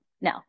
no